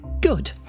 Good